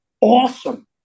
awesome